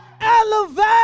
elevate